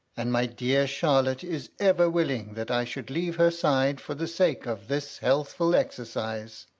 and my dear charlotte is ever willing that i should leave her side for the sake of this healthful exercise.